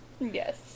Yes